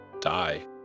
die